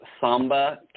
Samba